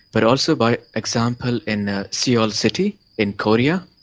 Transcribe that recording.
but also by example in seoul city in korea,